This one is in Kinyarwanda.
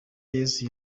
yesu